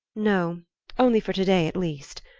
no only for today, at least.